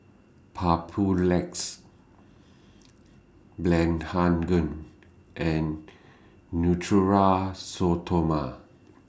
Papulex Blephagel and Natura Stoma